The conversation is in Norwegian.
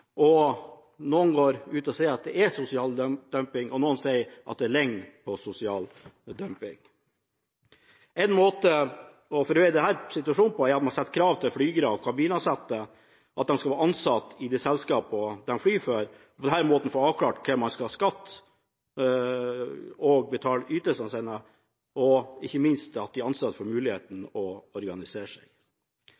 Noen går ut og sier at det er sosial dumping, og noen sier at det ligner på sosial dumping. En måte å forbedre denne situasjonen på, er at man setter krav til flyvere og kabinansatte om at de skal være ansatt i de selskapene de flyr for, og på denne måten få avklart hvem man skal skatte og betale ytelsene sine til, og ikke minst at de ansatte får muligheten